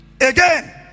Again